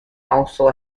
also